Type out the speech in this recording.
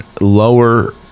lower